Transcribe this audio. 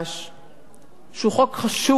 שהוא חוק חשוב מאוד,